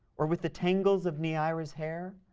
or with the tangles of neaera's hair?